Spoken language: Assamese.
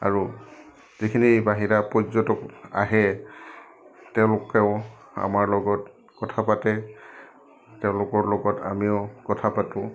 আৰু যিখিনি বাহিৰা পৰ্যটক আহে তেওঁলোকেও আমাৰ লগত কথা পাতে তেওঁলোকৰ লগত আমিও কথা পাতোঁ